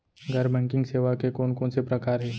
गैर बैंकिंग सेवा के कोन कोन से प्रकार हे?